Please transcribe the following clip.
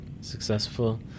Successful